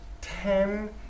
ten